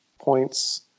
points